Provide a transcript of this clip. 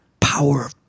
power